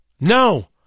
No